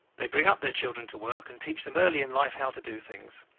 they bring up their children to work and teach them early in life how to do things.